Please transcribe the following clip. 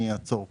אני אעצור פה.